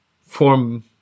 form